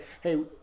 Hey